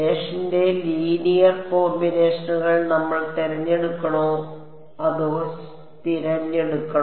ന്റെ ലീനിയർ കോമ്പിനേഷനുകൾ നമ്മൾ തിരഞ്ഞെടുക്കണോ അതോ തിരഞ്ഞെടുക്കണോ